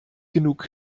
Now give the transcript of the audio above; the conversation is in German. genug